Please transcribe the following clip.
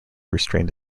restrained